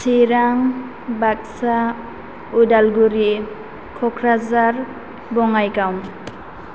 Chirang Baksa Udalguri Kokrajhar Bongaigaon